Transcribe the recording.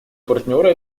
партнеры